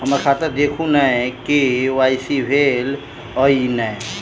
हम्मर खाता देखू नै के.वाई.सी भेल अई नै?